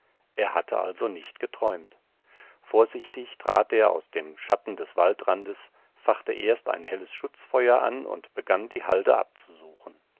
er hatte also nicht geträumt vorsichtig trat er aus dem schatten des waldrandes fachte erst ein helles schutzfeuer an und begann die halde abzusuchen